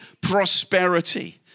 prosperity